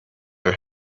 your